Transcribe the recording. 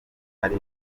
ari